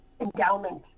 endowment